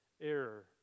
error